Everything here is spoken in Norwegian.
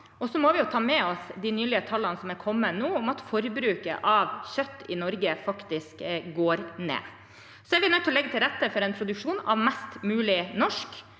ha. Så må vi ta med oss de nylige tallene som har kommet, om at forbruket av kjøtt i Norge faktisk går ned. Vi er nødt til å legge til rette for en produksjon av mest mulig norsk.